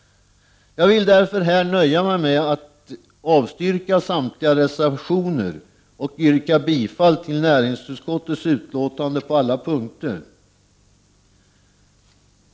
Jag vill därför här nöja mig med att avstyrka samtliga reservationer och yrka bifall till hemställan i näringsutskottets betänkande på alla punkter.